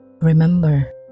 Remember